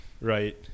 right